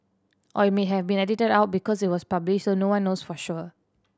or it may have been edited out because it was published so no one knows for sure